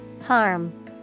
Harm